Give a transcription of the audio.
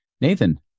Nathan